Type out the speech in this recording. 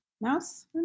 Mouse